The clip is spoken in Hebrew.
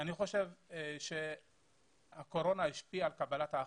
אני חושב שהקורונה השפיעה על קבלת ההחלטות.